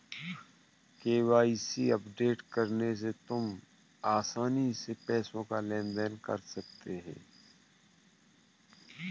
KYC update करके तुम आसानी से पैसों का लेन देन कर सकते हो